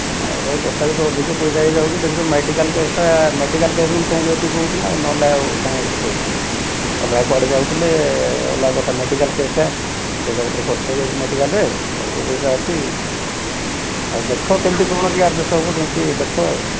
ନାଇଁ ଭାଇ ତଥାପି ତ ଅଧିକ ପଇସା ହୋଇଯାଉଛି ଦେଖୁଛ ମେଡିକାଲ୍ କେସ୍ଟା ମେଡ଼ିକାଲ୍ କେସ୍ ବୋଲି ତମକୁ ଏତିକ କହୁଛି ନା ନହେଲେ ଆଉ କାହିଁକି ଏତିକି କହିଥାନ୍ତି ଅଲଗା କୁଆଡେ ଯାଉଥିଲେ ଅଲଗା କଥା ମେଡ଼ିକାଲ୍ କେସ୍ଟା ପଇସା ପତ୍ର ଖର୍ଚ୍ଚ ହୋଇଯାଇଛି ମେଡ଼ିକାଲ୍ରେ ଅଳ୍ପ ପଇସା ଅଛି ଆଉ ଦେଖ କେମିତି କ'ଣ ଟିକିଏ ଆଡ଼୍ଜଷ୍ଟ୍ ହେବ ଯେମିତି ଦେଖ ଆଉ